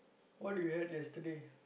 what do you had yesterday